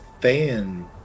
fan